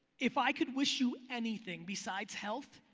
if i could wish you anything besides health,